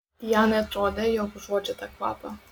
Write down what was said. dianai atrodė jog užuodžia tą kvapą